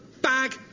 bag